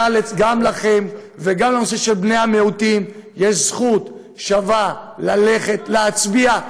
גם לכם וגם לבני המיעוטים יש זכות שווה ללכת להצביע,